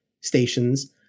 stations